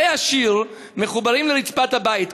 וכלי השיר מחוברים לרצפת הבית,